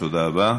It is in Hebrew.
תודה רבה.